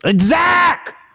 Zach